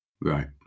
Right